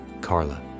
Carla